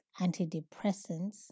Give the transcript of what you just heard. antidepressants